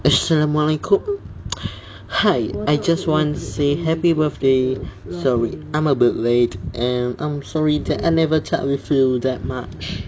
assalamualaikum hi I just want say happy birthday sorry I'm a bit late and I'm sorry that I never talk with you that much